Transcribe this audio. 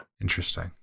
Interesting